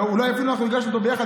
אולי אפילו הגשנו אותו יחד,